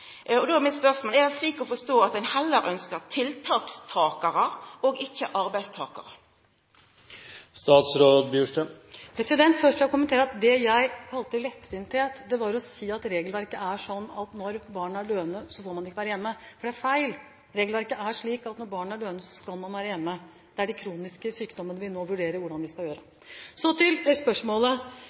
er spørsmålet mitt: Er det slik å forstå at ein heller ønskjer «tiltakstakarar» framfor arbeidstakarar? Først vil jeg kommentere det jeg kalte «lettvintheter», for det å si at regelverket er sånn at når barna er døende, får man ikke være hjemme, er feil. Regelverket er slik at når barnet er døende, skal man kunne være hjemme. Det er for de kroniske sykdommene vi nå vurderer hvordan vi skal gjøre det. Så til spørsmålet.